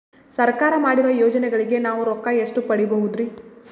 ಸರ್ಕಾರ ಮಾಡಿರೋ ಯೋಜನೆಗಳಿಗೆ ನಾವು ರೊಕ್ಕ ಎಷ್ಟು ಪಡೀಬಹುದುರಿ?